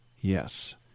Yes